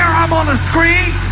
i'm on the screen